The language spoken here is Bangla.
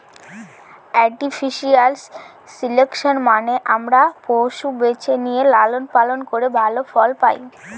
আর্টিফিশিয়াল সিলেকশন মানে আমরা পশু বেছে নিয়ে লালন পালন করে ভালো ফল পায়